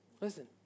Listen